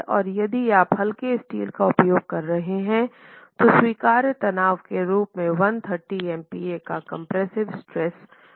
और यदि आप हल्के स्टील का उपयोग कर रहे हैं तो स्वीकार्य तनाव के रूप में 130 MPa का कम्प्रेस्सिवे स्ट्रेस मान्य है